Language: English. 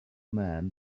man